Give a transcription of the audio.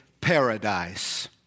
paradise